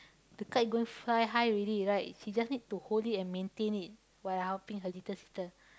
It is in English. the kite going fly high already right she just need to hold it and maintain it while I helping her little sister